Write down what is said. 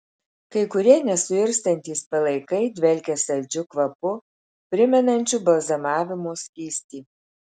kai kurie nesuirstantys palaikai dvelkia saldžiu kvapu primenančiu balzamavimo skystį